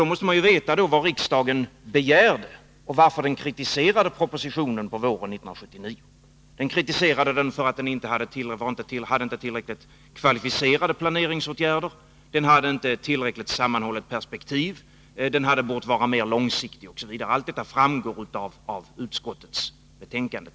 Då måste man veta vad riksdagen begärde och varför den kritiserade propositionen på våren 1979. Man kritiserade den för att den inte innehöll förslag till tillräckligt kvalificerade planeringsåtgärder, för att den inte hade ett tillräckligt sammanhållet perspektiv, för att den inte var mer långsiktig osv. Allt detta framgår av texten i utskottets betänkande.